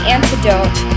Antidote